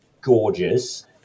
gorgeous